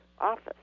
office